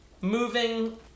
moving